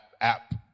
app